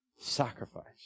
sacrifice